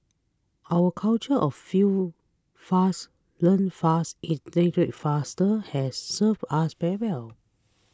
our culture of fail fast learn fast iterate faster has served us very well